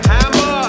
Hammer